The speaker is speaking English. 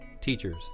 teachers